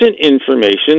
information